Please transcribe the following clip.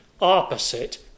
opposite